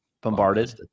bombarded